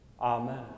Amen